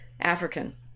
African